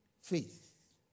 faith